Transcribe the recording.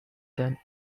then